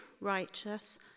righteous